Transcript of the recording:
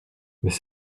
mais